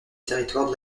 territoire